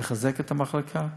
לחזק את המחלקה.